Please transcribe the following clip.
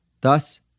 Thus